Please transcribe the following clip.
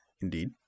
Indeed